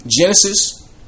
Genesis